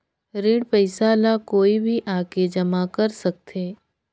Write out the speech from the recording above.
ऋण पईसा ला कोई भी आके जमा कर सकथे?